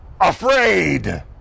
afraid